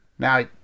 Now